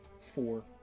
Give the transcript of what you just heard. Four